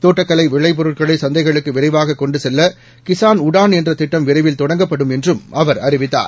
தோட்டக்கலை விளைபொருட்களை சந்தைகளுக்கு விரைவாக கொண்டு செல்ல கிஸான் உடான் என்ற திட்டம் விரைவில் தொடங்கப்படும் என்றும் அவர் அறிவித்தார்